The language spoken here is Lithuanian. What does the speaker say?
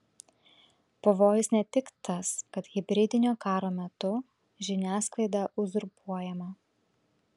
pavojus ne tik tas kad hibridinio karo metu žiniasklaida uzurpuojama